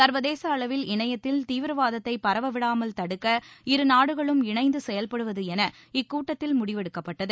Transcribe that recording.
ச்வதேச அளவில் இணையத்தில் தீவிரவாதத்தை பரவவிடாமல் தடுக்க இருநாடுகளும் இணைந்து செயல்படுவது என இக்கூட்டத்தில் முடிவெடுக்கப்பட்டது